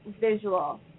visual